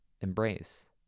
embrace